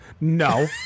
No